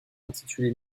intitulé